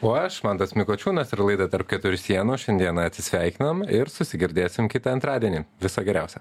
o aš mantas mikočiūnas ir laida tarp keturių sienų šiandieną atsisveikinam ir susigirdėsim kitą antradienį viso geriausio